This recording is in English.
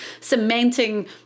cementing